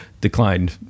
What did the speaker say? declined